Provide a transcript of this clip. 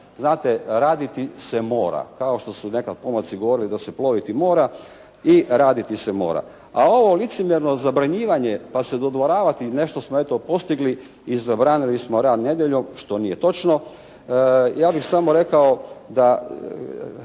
znate raditi se mora. Kao što su nekada pomorci govorili da se ploviti mora i raditi se mora. A ovo licemjerno zabranjivanje pa se dodvoravati, nešto smo eto postigli i zabranili smo rad nedjeljom što nije točno. Ja bih samo rekao da